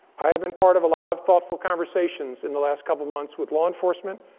i have been part of a lot of thoughtful conversations in the last couple months with law enforcement,